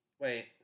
Wait